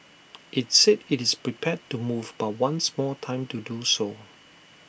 IT said IT is prepared to move but wants more time to do so